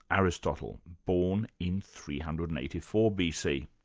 aristotle, born in three hundred and eighty four bc.